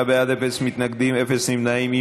49 בעד, אפס מתנגדים, אפס נמנעים.